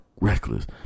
reckless